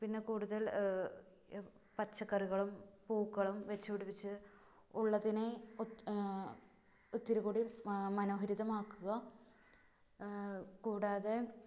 പിന്നെ കൂടുതല് പച്ചക്കറികളും പൂക്കളും വെച്ചുപിടിപ്പിച്ച് ഉള്ളതിനെ ഒത്ത് ഒത്തിരി കൂടി മനോഹരിതമാക്കുക കൂടാതെ